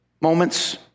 moments